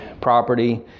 property